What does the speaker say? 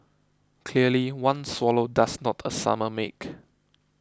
clearly one swallow does not a summer make